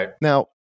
Now